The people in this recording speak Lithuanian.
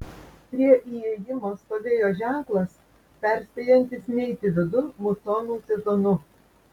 prie įėjimo stovėjo ženklas perspėjantis neiti vidun musonų sezonu